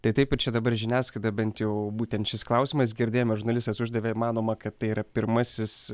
tai taip ir čia dabar žiniasklaida bent jau būtent šis klausimas girdėjome žurnalistas uždavė manoma kad tai yra pirmasis